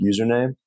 username